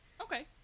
Okay